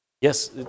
Yes